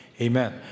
Amen